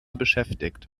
beschäftigt